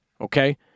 Okay